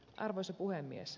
arvoisa puhemies